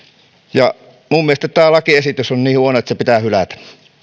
mielestäni tämä lakiesitys on niin huono että se pitää hylätä